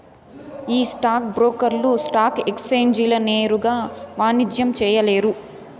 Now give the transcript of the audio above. ఈ స్టాక్ బ్రోకర్లు స్టాక్ ఎక్సేంజీల నేరుగా వాణిజ్యం చేయలేరు